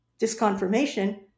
disconfirmation